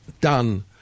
done